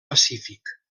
pacífic